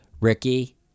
Ricky